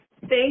thank